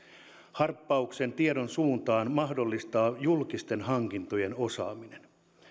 harppauksen tiedon suuntaan mahdollistaa julkisten hankintojen osaaminen